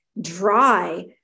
dry